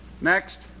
Next